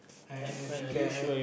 I happy guy I I